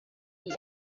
die